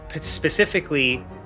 specifically